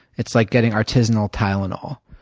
it's like getting artisanal tylenol.